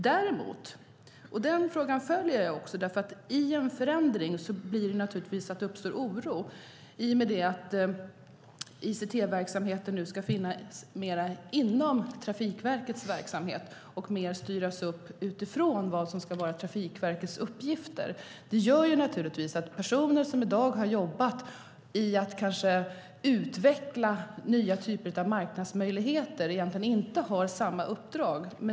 När det blir en förändring uppstår naturligtvis oro i och med att ICT-verksamheten nu mer ska finnas inom Trafikverkets verksamhet och mer styras upp utifrån vad som ska vara Trafikverkets uppgifter. Det gör att personer som i dag har jobbat i att kanske utveckla nya typer av marknadsmöjligheter egentligen inte har samma uppdrag.